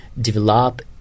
develop